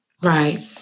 Right